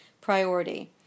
priority